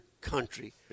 country